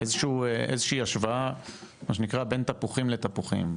איזושהי השוואה, מה שנקרא, בין תפוחים לתפוחים.